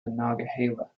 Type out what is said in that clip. monongahela